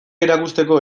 erakusteko